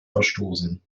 verstoßen